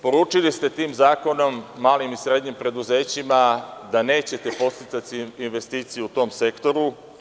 Poručili ste tim zakonom malim i srednjim preduzećima da nećete podsticati investicije u tom sektoru.